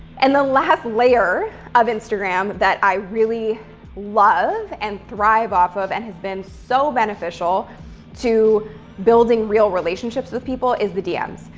and the last layer of instagram, that i really love and thrive off of, and has been so beneficial to building real relationships with people, is the dms.